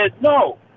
no